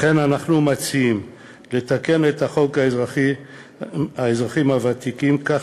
לכן אנחנו מציעים לתקן את חוק האזרחים הוותיקים כך